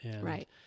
Right